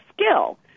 skill